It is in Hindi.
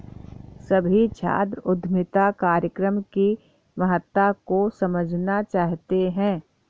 सभी छात्र उद्यमिता कार्यक्रम की महत्ता को समझना चाहते हैं